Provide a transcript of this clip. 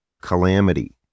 calamity